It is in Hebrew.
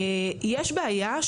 יש בעיה.